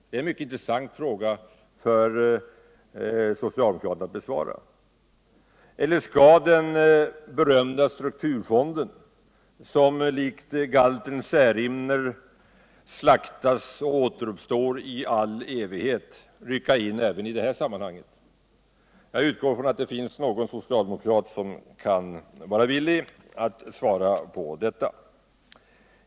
Det är en mycket intressant fråga för socialdemokraterna att besvara. Eller skall den berömda strukturfonden, som likt galten Särimner slaktas och återuppstår i all evighet, rycka in även i det här sammanhanget? Jag utgår ifrån att det finns någon socialdemokrat här i kammaren som kan vara villig att svara på detta.